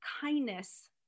kindness